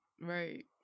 Right